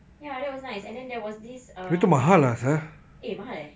ya that was nice and then that was this um eh mahal eh